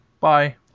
Bye